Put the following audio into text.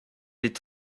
est